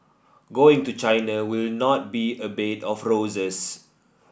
going to China will not be a bed of roses